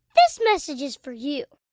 this message is for you